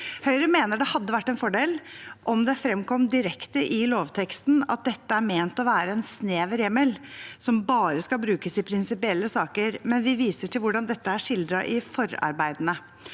Høyre mener det hadde vært en fordel om det fremkom direkte i lovteksten at dette er ment å være en snever hjemmel som bare skal brukes i prinsipielle saker, men vi viser til hvordan dette er skildret i forarbeidene.